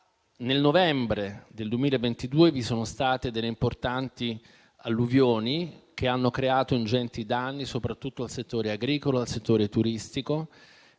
nel novembre 2022 vi sono state importanti alluvioni, che hanno creato ingenti danni soprattutto al settore agricolo e a quello turistico,